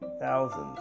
thousands